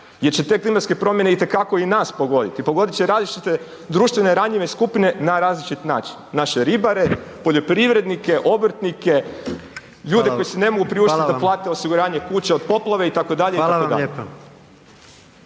jer će te klimatske promjene itekako i nas pogoditi, pogodit će različite društvene ranjive skupine na različit način, naše ribare, poljoprivrednike, obrtnike …/Upadica: Hvala/… ljude koji si ne mogu priuštiti …/Upadica: Hvala vam/…da plate osiguranje kuća od poplave itd. …/Upadica: Hvala vam lijepa/…